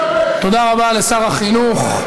תודה רבה לשר החינוך.